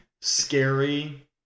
scary